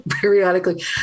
periodically